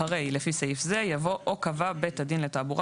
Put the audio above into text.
אחרי "לפי סעיף זה" יבוא "או קבע בית דין לתעבורה